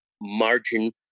margin